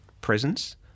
presence